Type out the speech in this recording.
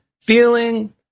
feeling